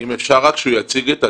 אם אפשר רק שהוא יציג את עצמו,